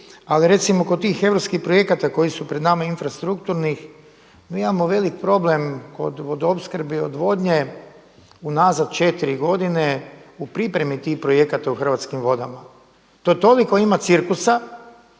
Ali recimo kod tih europskih projekata koji su pred nama infrastrukturni mi imao veliki problem kod vodoopskrbe i odvodnje u nazad četiri godine u pripremi tih projekata u Hrvatski vodama. To toliko ima cirkusa